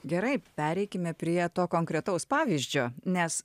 gerai pereikime prie to konkretaus pavyzdžio nes